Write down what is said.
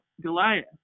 goliath